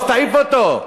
אז תעיף אותו.